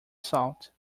salt